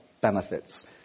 benefits